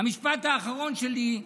המשפט האחרון שלי: